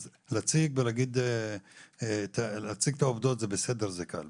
להציג את העובדות זה בסדר, זה קל.